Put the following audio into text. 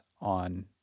on